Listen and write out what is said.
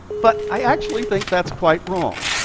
but i actually think that's quite wrong,